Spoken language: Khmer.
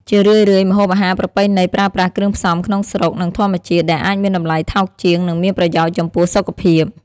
ជារឿយៗ ម្ហូបអាហារប្រពៃណីប្រើប្រាស់គ្រឿងផ្សំក្នុងស្រុក និងធម្មជាតិ ដែលអាចមានតម្លៃថោកជាង និងមានប្រយោជន៍ចំពោះសុខភាព។